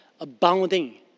abounding